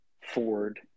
Ford